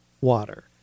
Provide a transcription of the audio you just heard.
water